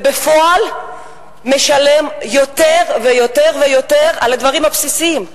ובפועל משלם יותר ויותר ויותר ויותר על הבסיסים,